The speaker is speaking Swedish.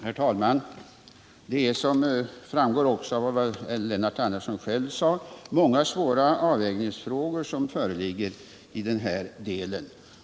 Herr talman! Det är, som också framgick av vad Lennart Andersson själv sade, många svåra avvägningsfrågor som föreligger i denna del.